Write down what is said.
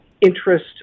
interest